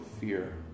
fear